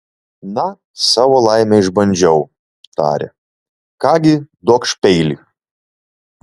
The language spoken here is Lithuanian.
na savo laimę išbandžiau tarė ką gi duokš peilį